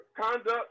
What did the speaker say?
conduct